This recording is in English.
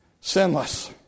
Sinless